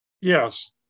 Yes